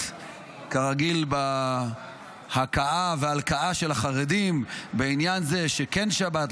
כרגיל בהכאה ובהלקאה של החרדים בעניין זה שכן שבת,